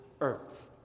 earth